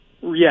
Yes